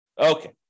Okay